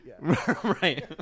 Right